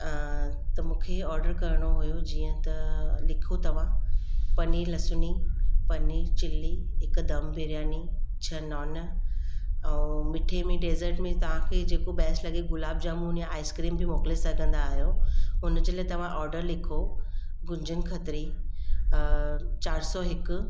त मूंखे इहे ऑडर करिणो हुओ जीअं त लिखो तव्हां पनीर लसुनी पनीर चिली हिकु दम बिरयानी छह नान ऐं मिठे में डेज़ट में तव्हांखे जेको बैस्ट लॻे गुलाब जामुन या आइस क्रीम बि मोकिले सघंदा आहियो हुन जे लाइ तव्हां ऑडर लिखो गुंजन खतरी चारि सौ हिकु